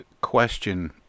question